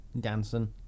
Danson